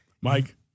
Mike